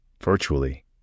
virtually